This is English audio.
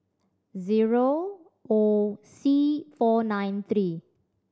zero O C four nine three